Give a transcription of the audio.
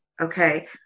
Okay